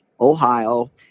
Ohio